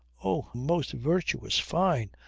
o! most virtuous fyne!